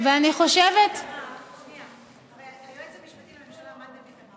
הרי היועץ המשפטי לממשלה מנדלבליט אמר